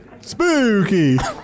Spooky